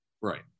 Right